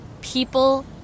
People